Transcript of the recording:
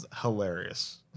hilarious